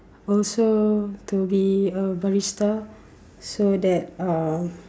also to be a barista so that uh